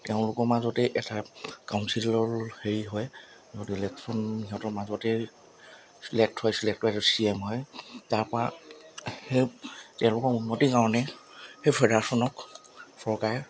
তেওঁলোকৰ মাজতে এটা কাউন্সিলৰ হেৰি হয় য'ত ইলেকশ্যন সিহঁতৰ মাজতে ছিলেক্ট হয় ছিলেক্ট হয় সিহঁতৰ চি এম হয় তাৰপৰা সেই তেওঁলোকৰ উন্নতিৰ কাৰণে সেই ফেডাৰেশ্যনক চৰকাৰে